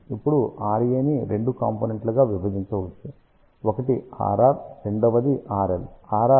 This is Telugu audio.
ఇప్పుడు RA ని రెండు కాంపోనెంట్లు గా విభజించవచ్చు ఒకటి Rr రెండవది RL